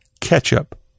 ketchup